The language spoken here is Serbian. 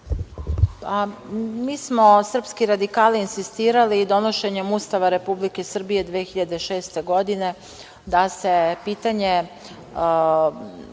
Mi smo, srpski radikali, insistirali, donošenjem Ustava Republike Srbije 2006. godine, da se pitanje